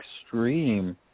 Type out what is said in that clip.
extreme